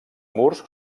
murs